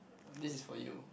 this is for you